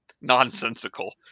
nonsensical